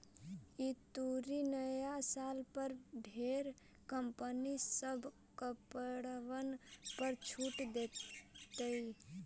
ई तुरी नया साल पर ढेर कंपनी सब कपड़बन पर छूट देतई